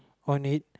on it